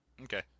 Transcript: Okay